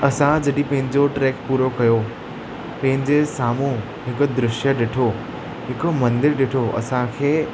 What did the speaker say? असां जॾहिं पंहिंजो ट्रैक पूरो कयो पंहिंजे साम्हूं हिकु दृश्य ॾिठो हिकिड़ो मंदरु ॾिठो असांखे